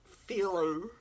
feeling